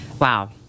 Wow